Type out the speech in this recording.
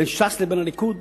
בין ש"ס לבין הליכוד